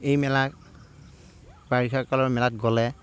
এই মেলাত বাৰিষা কালৰ মেলাত গ'লে